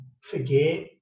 forget